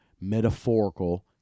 metaphorical